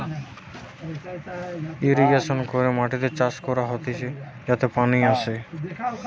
irrigation করে মাটিতে চাষ করা হতিছে যাতে পানি আসে